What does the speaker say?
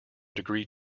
degree